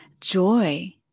joy